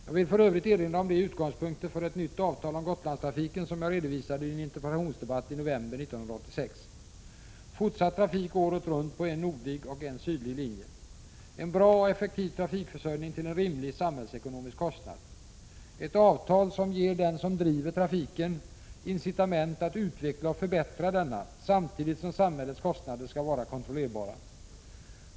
Jag vill för övrigt erinra om de utgångspunkter för ett nytt avtal om Gotlandstrafiken som jag redovisade i en interpellationsdebatt i november 1986: —- En bra och effektiv trafikförsörjning till en rimlig samhällsekonomisk kostnad. - Ett avtal som ger den som driver trafiken incitament att utveckla och förbättra denna samtidigt som samhällets kostnader skall vara kontrollerbara.